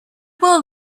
will